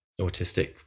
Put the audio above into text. autistic